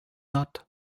not